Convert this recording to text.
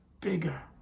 bigger